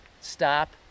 stop